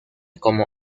como